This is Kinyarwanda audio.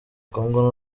congo